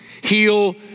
Heal